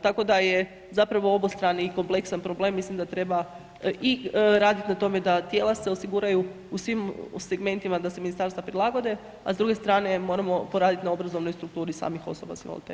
Tako da je zapravo obostrani i kompleksan problem, mislim da treba i raditi na tome, da tijela se osiguraju u svim segmentima da se ministarstva prilagode, a s druge strane moramo poraditi na obrazovnoj strukturi samih osoba s invaliditetom.